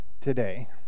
today